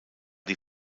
die